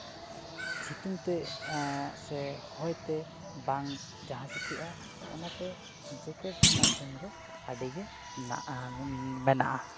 ᱥᱤᱛᱩᱝᱛᱮ ᱥᱮ ᱦᱚᱭᱛᱮ ᱵᱟᱝ ᱡᱟᱦᱟᱸ ᱪᱤᱠᱟᱹᱜᱼᱟ ᱚᱱᱟᱛᱮ ᱡᱮᱠᱮᱴ ᱨᱮᱱᱟᱜ ᱜᱩᱱ ᱫᱚ ᱟᱹᱰᱤ ᱜᱮ ᱢᱮᱱᱟᱜᱼᱟ